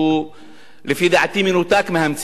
שלפי דעתי הוא מנותק מהמציאות.